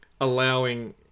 allowing